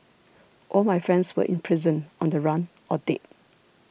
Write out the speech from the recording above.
all my friends were in prison on the run or dead